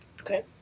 Okay